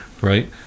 right